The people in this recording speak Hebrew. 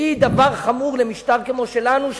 שהיא דבר חמור למשטר כמו זה שלנו,